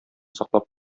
саклап